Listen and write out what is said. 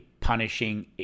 punishing